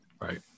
Right